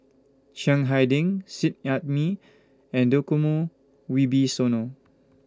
Chiang Hai Ding Seet Ai Mee and Djokomo Wibisono